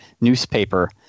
newspaper